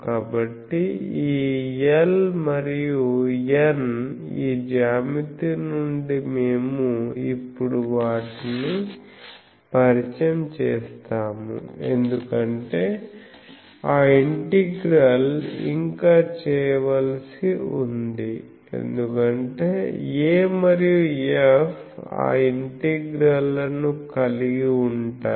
కాబట్టి ఈ L మరియు N ఈ జ్యామితి నుండి మేము ఇప్పుడు వాటిని పరిచయం చేస్తాము ఎందుకంటే ఆ ఇంటిగ్రల్ ఇంకా చేయవలసి ఉంది ఎందుకంటే A మరియు F ఆ ఇంటిగ్రల్ లను కలిగి ఉంటాయి